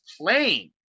playing